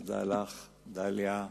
תודה לך, דליה,